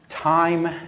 Time